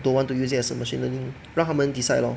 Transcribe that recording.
don't want to use it as a machine learning 让他们 decide lor